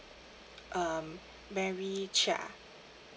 um mary chia